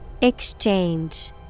Exchange